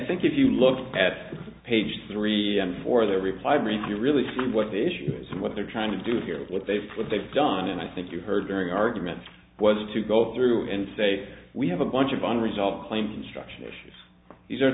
think if you look at page three and four they reply brief you really see what the issue is what they're trying to do here what they've put they've done and i think you heard during arguments was to go through and say we have a bunch of unresolved claims instruction issues these are